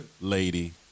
lady